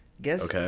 Guess